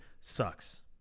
sucks